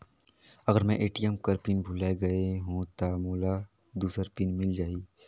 अगर मैं ए.टी.एम कर पिन भुलाये गये हो ता मोला दूसर पिन मिल जाही?